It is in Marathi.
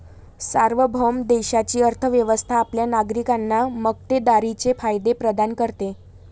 सार्वभौम देशाची अर्थ व्यवस्था आपल्या नागरिकांना मक्तेदारीचे फायदे प्रदान करते